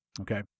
okay